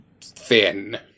thin